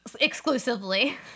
Exclusively